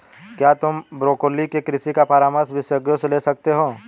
क्या तुम ब्रोकोली के कृषि का परामर्श विशेषज्ञों से ले सकते हो?